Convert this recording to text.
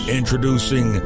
introducing